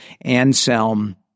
Anselm